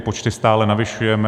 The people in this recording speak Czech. Počty stále zvyšujeme.